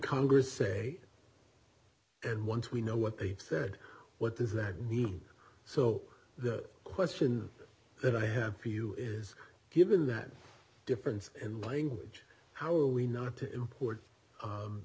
congress say and once we know what they said what does that mean so the question that i have for you is given that difference in language how are we not to import